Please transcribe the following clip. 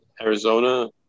Arizona